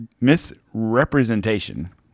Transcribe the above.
misrepresentation